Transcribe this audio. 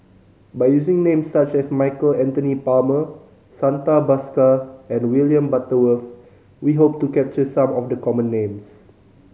by using names such as Michael Anthony Palmer Santha Bhaskar and William Butterworth we hope to capture some of the common names